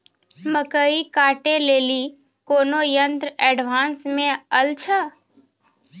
मकई कांटे ले ली कोनो यंत्र एडवांस मे अल छ?